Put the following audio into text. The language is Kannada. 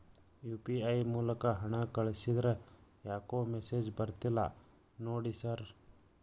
ಯು.ಪಿ.ಐ ಮೂಲಕ ಹಣ ಕಳಿಸಿದ್ರ ಯಾಕೋ ಮೆಸೇಜ್ ಬರ್ತಿಲ್ಲ ನೋಡಿ ಸರ್?